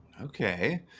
okay